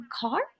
car